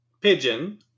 Pigeon